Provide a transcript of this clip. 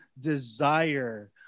desire